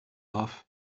off